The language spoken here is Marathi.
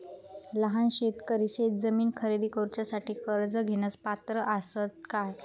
लहान शेतकरी शेतजमीन खरेदी करुच्यासाठी कर्ज घेण्यास पात्र असात काय?